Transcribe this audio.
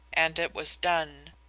and it was done.